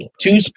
Two